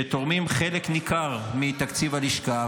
שתורמים חלק ניכר מתקציב הלשכה.